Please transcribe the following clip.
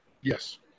Yes